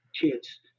kids